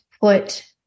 put